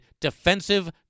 defensive